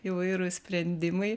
įvairūs sprendimai